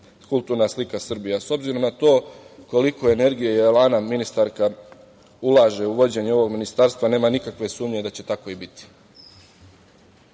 kulturna slika Srbije, a s obzirom na to koliko energije i elana ministarka ulaže u vođenje ovog ministarstva, nema nikakve sumnje da će tako i